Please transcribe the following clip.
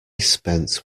spent